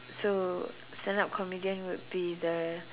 so stand up comedian would be the